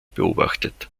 beobachtet